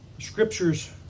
Scriptures